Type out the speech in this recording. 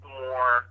more